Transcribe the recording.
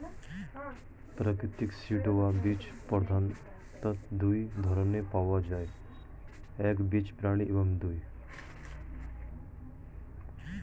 প্রাকৃতিক সিড বা বীজ প্রধানত দুই ধরনের পাওয়া যায় একবীজপত্রী এবং দুই